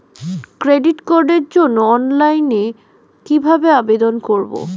Credit কার্ডের জন্য অনলাইনে কিভাবে আবেদন করব?